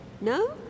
No